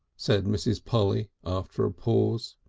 said mrs. polly after a pause.